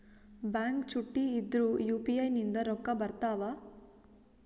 Bank ಚುಟ್ಟಿ ಇದ್ರೂ UPI ನಿಂದ ರೊಕ್ಕ ಬರ್ತಾವಾ?